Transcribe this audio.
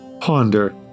ponder